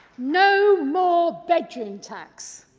no more bedroom tax!